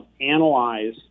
analyze